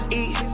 eat